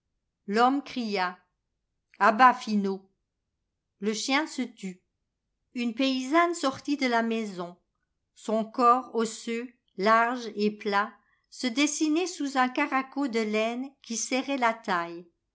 l'homme cria a bas finot le chien se tut une paysanne sortit de la maison son corps osseux large et plat se dessinait sous un caraco de laine qui serrait la taille